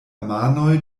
manoj